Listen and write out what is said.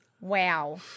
Wow